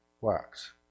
wax